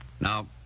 Now